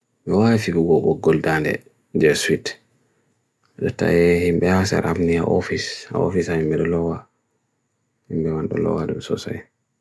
ndo wa if you go gold and it, just sweet. nda tha ae himbehaasar apneha office, ae office ae me loa wa. Himbewan to loa wa dun sosai.